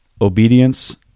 obedience